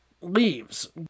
leaves